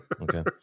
okay